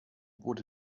wurde